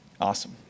Awesome